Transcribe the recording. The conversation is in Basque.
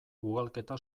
ugalketa